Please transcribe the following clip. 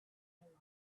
life